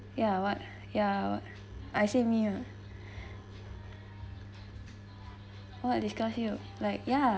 ya what ya what I say me uh what disgust you like ya